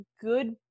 good